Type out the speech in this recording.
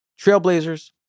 trailblazers